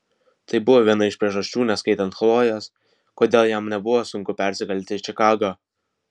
tai buvo viena iš priežasčių neskaitant chlojės kodėl jam nebuvo sunku persikelti į čikagą